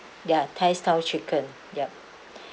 ya thai style chicken yup